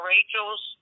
Rachel's